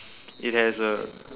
it has a